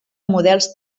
models